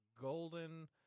golden